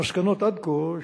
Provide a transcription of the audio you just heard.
המסקנות עד כה,